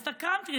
הסתקרנתי,